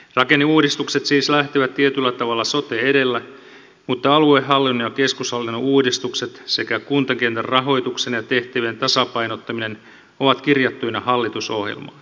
rakenneuudistukset siis lähtevät tietyllä tavalla sote edellä mutta aluehallinnon ja keskushallinnon uudistukset sekä kuntakentän rahoituksen ja tehtävien tasapainottaminen ovat kirjattuina hallitusohjelmaan